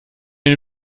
den